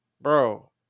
bro